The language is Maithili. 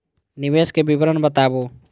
निवेश के विवरण बताबू?